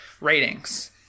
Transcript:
Ratings